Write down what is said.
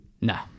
No